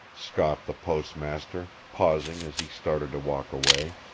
scoffed the postmaster, pausing as he started to walk away.